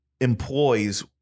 employs